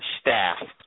staff